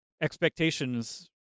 Expectations